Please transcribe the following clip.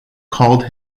called